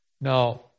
Now